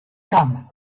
come